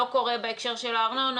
לא קורה בהקשר של הארנונה,